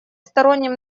сторонним